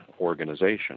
organization